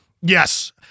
yes